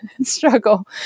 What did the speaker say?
struggle